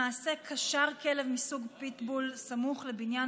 למעשה קשר כלב מסוג פיטבול סמוך לבניין